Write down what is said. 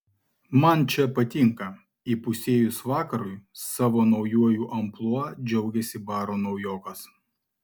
man čia patinka įpusėjus vakarui savo naujuoju amplua džiaugėsi baro naujokas